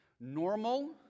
normal